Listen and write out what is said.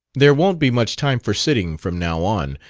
there won't be much time for sitting, from now on,